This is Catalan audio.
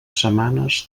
setmanes